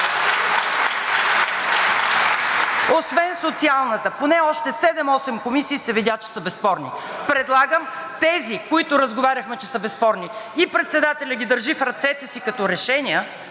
Освен Социалната, поне още 7 – 8 комисии се видя, че са безспорни. Предлагам тези, които разговаряхме, че са безспорни, и председателят ги държи в ръцете си като решения,